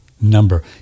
number